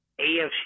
AFC